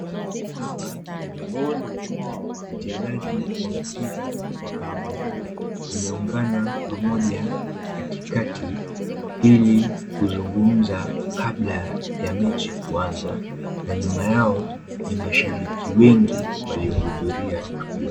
Hapa ni uwanjani. Wachezaji wa mpira wa kadanda wameungana pamoja katikati ili kuzungumza kabla ya mechi kuanza. Na nyuma yao ni mashabiki wengi waliohudhuria tukio hilo.